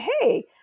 Hey